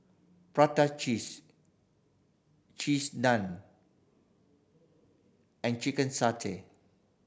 prata cheese Cheese Naan and chicken satay